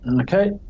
Okay